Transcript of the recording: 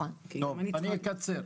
טוב, אני אקצר.